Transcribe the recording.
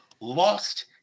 lost